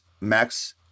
Max